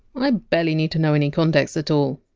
i barely need to know any context at all.